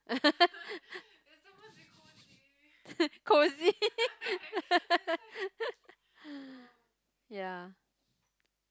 cosy ya